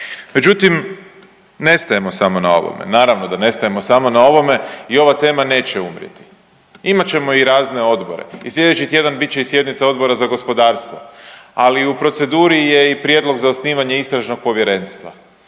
Međutim, nestajemo samo na ovome, naravno da ne stajemo samo na ovome i ova tema neće umrijeti. Imat ćemo i razne odbore i sljedeći tjedan bit će i sjednica Odbora za gospodarstvo, ali i u proceduri je i Prijedlog za osnivanje istražnog povjerenstva,